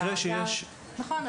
במקרה שיש --- נכון.